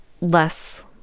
less